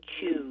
choose